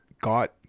got